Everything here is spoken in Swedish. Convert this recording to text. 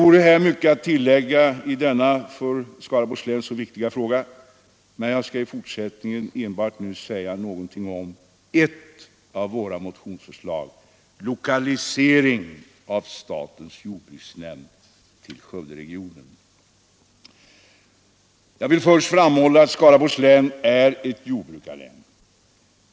Ja, det vore mycket att tillägga i denna för Skaraborgs län mycket viktiga fråga, men jag skall i fortsättningen enbart säga någonting om ett av våra motionsförslag: lokalisering av statens jordbruksnämnd till Skövderegionen. Jag vill till att börja med framhålla att Skaraborgs län är ett jordbrukarlän.